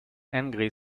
angry